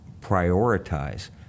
prioritize